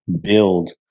build